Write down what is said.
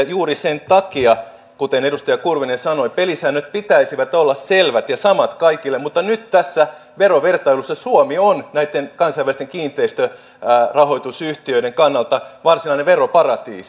juuri sen takia kuten edustaja kurvinen sanoi pelisääntöjen pitäisi olla selvät ja samat kaikille mutta nyt tässä verovertailussa suomi on näitten kansainvälisten kiinteistörahoitusyhtiöiden kannalta varsinainen veroparatiisi